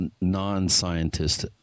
non-scientist